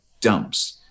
dumps